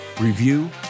review